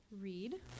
read